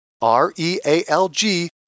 R-E-A-L-G